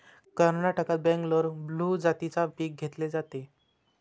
कर्नाटकात बंगलोर ब्लू जातीचे पीक घेतले जाते